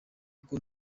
uko